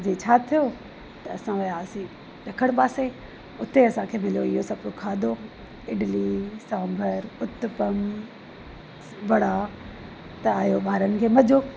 जे छा थियो त असां वियासीं ॾखण पासे उते असांखे मिलियो इहे सभु खाधो इडली सांभर उत्तपम वड़ा त आहियो ॿारनि खे मज़ो